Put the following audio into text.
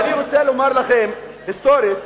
ואני רוצה לומר לכם, היסטורית,